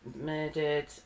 murdered